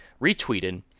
retweeted